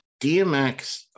DMX